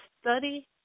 study